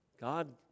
God